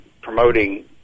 promoting